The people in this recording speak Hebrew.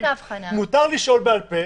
מותר לשאול בעל-פה